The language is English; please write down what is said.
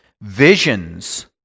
visions